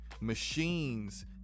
machines